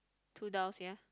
pull down sia